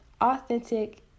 authentic